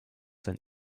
sein